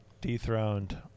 Dethroned